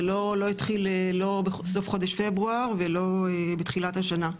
זה לא התחיל לא בסוף חודש פברואר ולא בתחילת השנה,